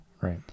right